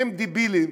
הם דבילים